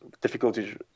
difficulties